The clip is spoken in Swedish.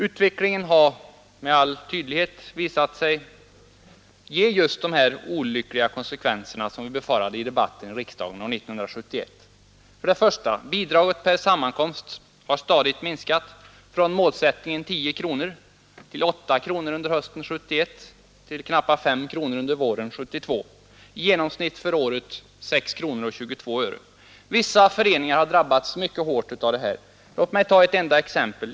Utvecklingen har med all tydlighet visat sig ge just de olyckliga konsekvenser som vi befarade i debatten i riksdagen 1971. för det första har bidraget per sammankomst minskat stadigt från målsättningen 10 kronor till 8 kronor under hösten 1971 och till knappa S kronor under våren 1972. I genomsnitt för året blir det 6:22. Vissa föreningar har drabbats mycket hårt av det här. Låt mig ta ett enda exempel.